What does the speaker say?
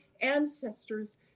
ancestors